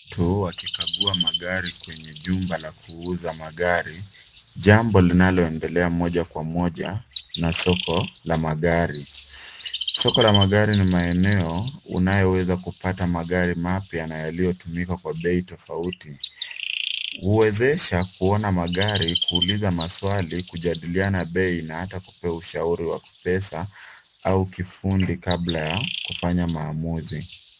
Mtu akikagua magari kwenye jumba la kuuza magari, jambo linaloendelea moja kwa moja na soko la magari. Soko la magari ni maeneo unayoweza kupata magari mapya na yaliyotumika kwa bei tofauti. Huwezesha kuona magari, kuuliza maswali, kujadiliana bei na hata kupewa ushauri wa pesa au kifundi kabla ya kufanya maamuzi.